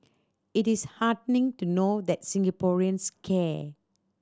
it is heartening to know that Singaporeans care